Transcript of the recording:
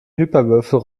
hyperwürfel